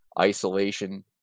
Isolation